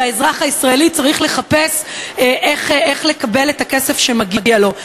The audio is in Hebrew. והאזרח הישראלי צריך לחפש איך לקבל את הכסף שמגיע לו.